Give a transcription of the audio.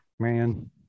Man